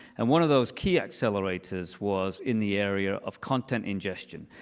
and one of those key accelerators was in the area of content ingestion.